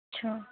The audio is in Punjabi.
ਅੱਛਾ